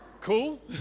cool